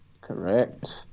Correct